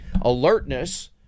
alertness